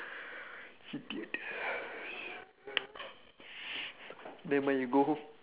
idiot nevermind we go